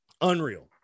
unreal